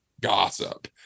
gossip